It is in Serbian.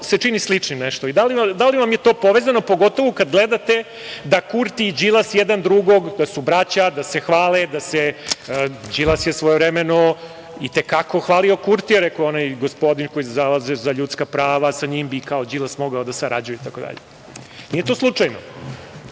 to čini sličnim nešto i da li vam je to povezano, pogotovo kad gledate da Kurti i Đilas jedan drugog, da su braća, da se hvale? Đilas je svojevremeno i te kako hvalio Kurtija, rekao je - onaj gospodin koji se zalaže za ljudska prava, sa njim bi kao Đilas mogao da sarađuje itd. Nije to slučajno. Dakle,